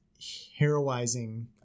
heroizing